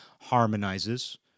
harmonizes